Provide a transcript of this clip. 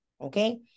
okay